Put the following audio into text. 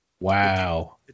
Wow